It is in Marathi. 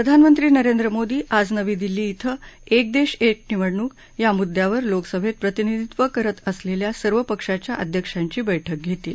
प्रधानमंत्री नरेंद्र मोदी आज नवी दिल्ली क्रि एक देश एक निवडणुक या मुद्दयावर लोकसभेत प्रतिनिधीत्व करत असलेल्या सर्व पक्षांच्या अध्यक्षांची बैठक घेतील